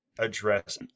Address